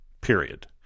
Period